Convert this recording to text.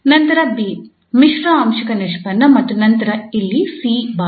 ನಂತರ 𝐵 ಮಿಶ್ರ ಆಂಶಿಕ ನಿಷ್ಪನ್ನ ಮತ್ತು ನಂತರ ಇಲ್ಲಿ 𝐶 ಬಾರಿ